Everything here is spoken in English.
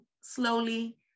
slowly